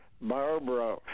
Barbara